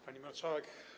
Pani Marszałek!